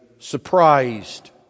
Surprised